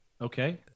okay